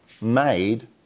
made